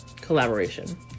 collaboration